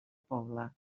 poble